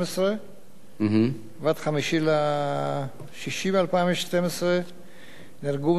2012 נהרגו במדינת ישראל בתאונות דרכים 131 בני-אדם.